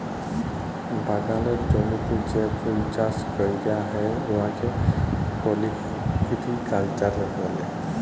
বাগালের জমিতে যে ফুল চাষ ক্যরা হ্যয় উয়াকে ফোলোরিকাল্চার ব্যলে